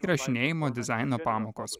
įrašinėjimo dizaino pamokos